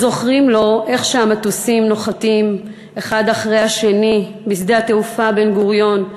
עוד זוכרים לו איך המטוסים נוחתים אחד אחרי השני בשדה התעופה בן-גוריון,